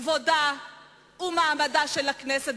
את כבודה ואת מעמדה של הכנסת,